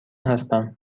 هستم